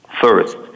First